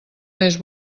més